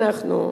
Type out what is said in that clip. אנחנו,